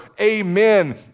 amen